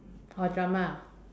or drama